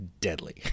deadly